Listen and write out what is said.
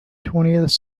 twentieth